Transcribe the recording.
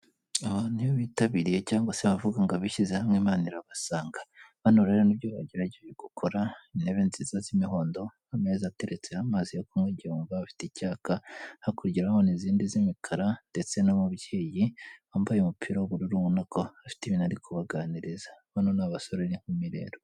Abantu iyo bitabiriye cyangwa se abavuga ngo abishyize hamwe Imana irabasanga bano rero nibyo bagerageje gukora intebe nziza z'imihondo ameza ateretseho amazi yo kunywa mugihe bumva bafite icyaka, hakurya yaho hari n'izindi z'imikara ndetse n'umubyeyi wambaye umupira w'ubururu ubonako afite ibintu ari kubaganiriza bano ni abasore n'inkumi rero.